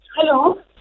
Hello